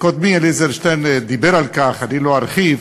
קודמי, אלעזר שטרן, דיבר על כך, אני לא ארחיב,